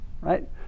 Right